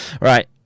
right